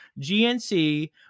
GNC